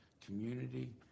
community